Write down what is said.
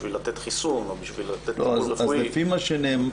הסכמתו בשביל לתת חיסון או בשביל לתת טיפול רפואי לילד.